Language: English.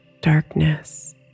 darkness